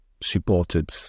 supported